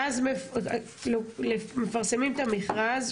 ואז מפרסמים את המכרז,